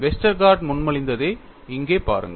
Westergaard முன்மொழிந்ததை இங்கே பாருங்கள்